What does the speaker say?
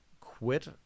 quit